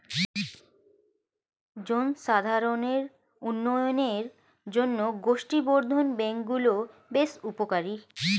জনসাধারণের উন্নয়নের জন্য গোষ্ঠী বর্ধন ব্যাঙ্ক গুলো বেশ উপকারী